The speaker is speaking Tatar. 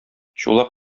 чулак